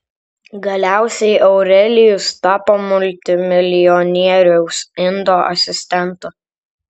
galiausiai aurelijus tapo multimilijonieriaus indo asistentu